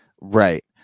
right